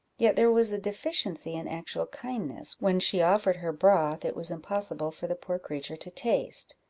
yet there was a deficiency in actual kindness, when she offered her broth it was impossible for the poor creature to taste.